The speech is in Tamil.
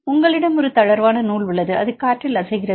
உங்களிடம் ஒரு தளர்வான நூல் உள்ளது அது காற்றில் அசைகிறது